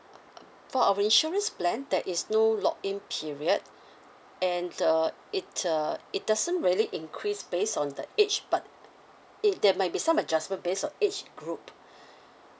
for our insurance plan there is no lock in period and uh it uh it doesn't really increase based on the age but it there might be some adjustment based on age group